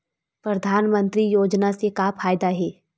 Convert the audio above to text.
परधानमंतरी योजना से का फ़ायदा हे?